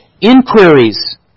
inquiries